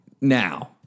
now